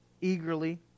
eagerly